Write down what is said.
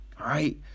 right